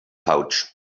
pouch